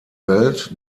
welt